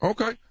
Okay